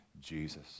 Jesus